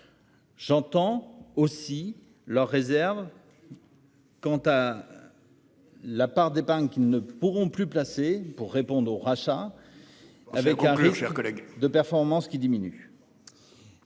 J'entends aussi leurs réserves. Quant à. La part des parents qui ne pourront plus placé pour répondre au rachat. Avec un chers collègues de performance qui diminue.